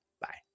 bye